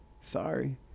Sorry